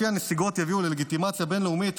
שלפיה נסיגות יביאו ללגיטימציה בין-לאומית